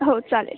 हो चालेल